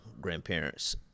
grandparents